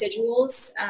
residuals